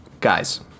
guys